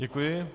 Děkuji.